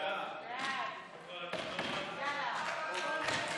ההצעה להעביר את הצעת חוק שירותי רווחה לאנשים עם מוגבלות,